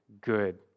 good